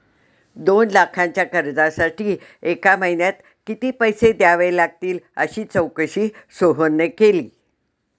दोन लाखांच्या कर्जासाठी एका महिन्यात किती पैसे द्यावे लागतील अशी चौकशी सोहनने केली